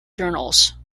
journals